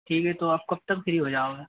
ठीक है तो आप कब तक फ्री हो जाओगे